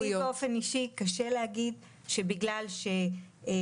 לי באופן אישי קשה להגיד שבגלל שזה